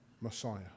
Messiah